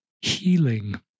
healing